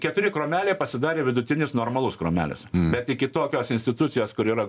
keturi kromeliai pasidarė vidutinis normalus kromelis bet iki tokios institucijos kur yra